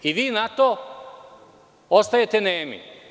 I vi na to ostajete nemi.